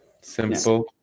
Simple